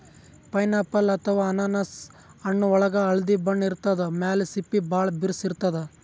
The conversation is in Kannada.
ಪೈನಾಪಲ್ ಅಥವಾ ಅನಾನಸ್ ಹಣ್ಣ್ ಒಳ್ಗ್ ಹಳ್ದಿ ಬಣ್ಣ ಇರ್ತದ್ ಮ್ಯಾಲ್ ಸಿಪ್ಪಿ ಭಾಳ್ ಬಿರ್ಸ್ ಇರ್ತದ್